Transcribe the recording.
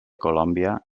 colòmbia